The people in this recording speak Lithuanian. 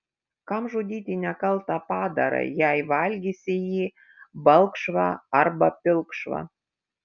kam žudyti nekaltą padarą jei valgysi jį balkšvą arba pilkšvą